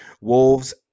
Wolves